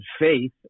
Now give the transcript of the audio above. faith